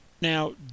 Now